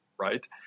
right